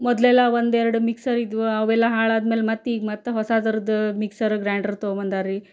ಮೊದಲೆಲ್ಲ ಒಂದೆರ್ಡು ಮಿಕ್ಸರಿದ್ವು ಅವೆಲ್ಲ ಹಾಳಾದ್ಮೇಲೆ ಮತ್ತೀಗ ಮತ್ತೆ ಹೊಸದ್ರದ್ದು ಮಿಕ್ಸರ್ ಗ್ರಾಂಡ್ರ್ ತಗೊ ಬಂದಾರ್ರೀ